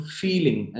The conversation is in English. feeling